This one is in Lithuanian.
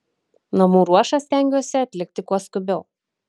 namų ruošą stengiuosi atlikti kuo skubiau